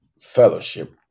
fellowship